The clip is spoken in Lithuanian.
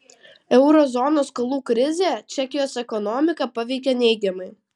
euro zonos skolų krizė čekijos ekonomiką paveikė neigiamai